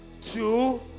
two